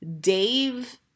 dave